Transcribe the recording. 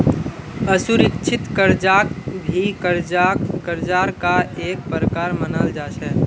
असुरिक्षित कर्जाक भी कर्जार का एक प्रकार मनाल जा छे